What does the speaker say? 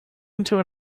into